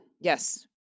Yes